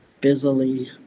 busily